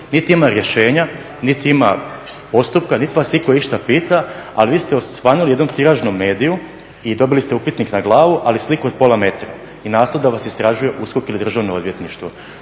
Niti ima rješenja, niti ima postupka, nit vas nitko ništa ne pita, ali vi ste osvanuli u jednom tiražnom mediju i dobili ste upitnik na glavu ali sliku od pola metra i naslov da vas istražuju USKOK i Državno odvjetništvo.